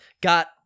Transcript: Got